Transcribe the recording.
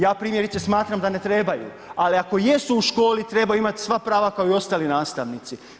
Ja primjerice smatram da ne trebaju, ali ako jesu u školi, trebaju imati sva prava kao i ostali nastavnici.